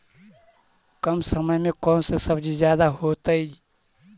कम समय में कौन से सब्जी ज्यादा होतेई?